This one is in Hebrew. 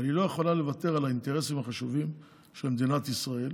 אבל היא לא יכולה לוותר על האינטרסים החשובים של מדינת ישראל.